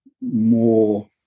more